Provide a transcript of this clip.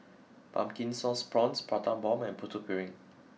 Pumpkin Sauce Prawns Prata Bomb and Putu Piring